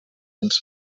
ens